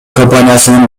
компаниясынын